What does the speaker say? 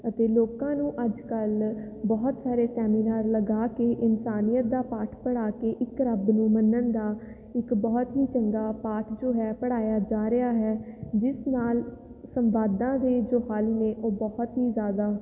ਅਤੇ ਲੋਕਾਂ ਨੂੰ ਅੱਜ ਕੱਲ੍ਹ ਬਹੁਤ ਸਾਰੇ ਸੈਮੀਨਾਰ ਲਗਾ ਕੇ ਇਨਸਾਨੀਅਤ ਦਾ ਪਾਠ ਪੜ੍ਹਾ ਕੇ ਇੱਕ ਰੱਬ ਨੂੰ ਮੰਨਣ ਦਾ ਇੱਕ ਬਹੁਤ ਹੀ ਚੰਗਾ ਪਾਠ ਜੋ ਹੈ ਪੜ੍ਹਾਇਆ ਜਾ ਰਿਹਾ ਹੈ ਜਿਸ ਨਾਲ ਸੰਵਾਦਾਂ ਦੇ ਜੋ ਹੱਲ ਨੇ ਉਹ ਬਹੁਤ ਹੀ ਜ਼ਿਆਦਾ